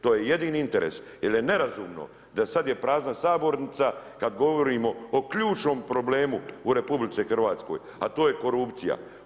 To je jedini interes jer je nerazumno da sad je prazna sabornica, kad govorimo o ključnom problemu u RH, a to je korupcija.